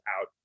out